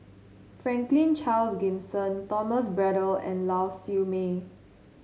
Franklin Charles Gimson Thomas Braddell and Lau Siew Mei